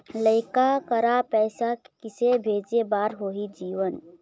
लइका करा पैसा किसे भेजे बार होही जीवन